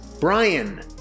Brian